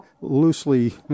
loosely